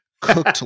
cooked